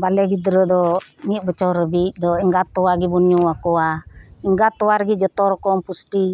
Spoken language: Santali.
ᱵᱟᱞᱮ ᱜᱤᱫᱽᱨᱟᱹ ᱫᱚ ᱢᱤᱫ ᱵᱚᱪᱷᱚᱨ ᱦᱟᱹᱵᱤᱡ ᱫᱚ ᱮᱜᱟᱛ ᱛᱚᱣᱟ ᱜᱮᱵᱚ ᱧᱩ ᱟᱠᱚᱣᱟ ᱮᱜᱟᱛ ᱛᱚᱣᱟ ᱨᱮᱜᱮ ᱡᱷᱚᱛᱚ ᱨᱚᱠᱚᱢ ᱯᱩᱥᱴᱤ